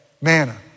Manna